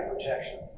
protection